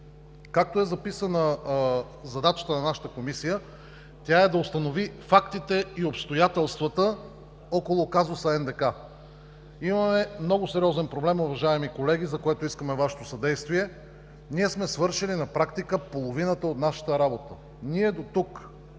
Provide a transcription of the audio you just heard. Както е записана задачата на нашата Комисия, тя е да установи фактите и обстоятелствата около казуса НДК. Имаме много сериозен проблем, уважаеми колеги, за което искаме Вашето съдействие. Ние сме свършили на практика половината от нашата работа. Ние дотук,